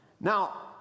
Now